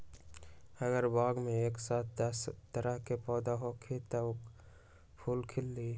अगर बाग मे एक साथ दस तरह के पौधा होखि त का फुल खिली?